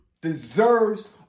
deserves